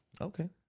Okay